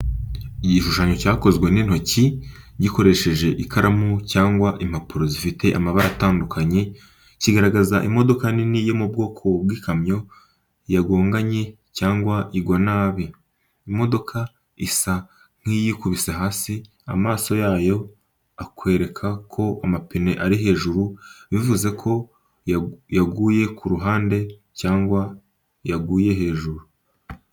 Igishushanyo cyakozwe n’intoki, gikoresheje ikaramu cyangwa impapuro zifite amabara atandukanye, kigaragaza imodoka nini yo mu bwoko bw'ikamyo yagonganye cyangwa igwa nabi. Imodoka isa nk’iyikubise hasi, amaso yayo akwereka ko amapine ari hejuru, bivuze ko yaguye ku ruhande cyangwa yaguye hejuru.